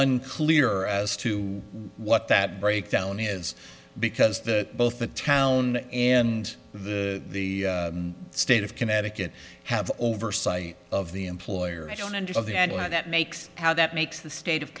unclear as to what that breakdown is because that both the town and the state of connecticut have oversight of the employer i don't understand how that makes how that makes the state of